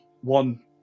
one